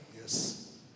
Yes